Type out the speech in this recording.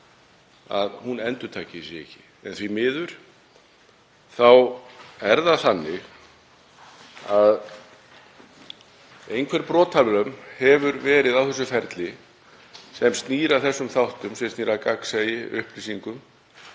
við núna endurtaki sig ekki. Því miður er það þannig að einhver brotalöm hefur verið á þessu ferli sem snýr að þessum þáttum; gagnsæi, upplýsingum